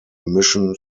emission